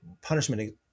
punishment